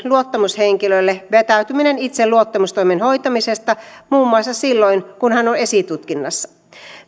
luottamushenkilölle vetäytyminen itse luottamustoimen hoitamisesta muun muassa silloin kun hän on esitutkinnassa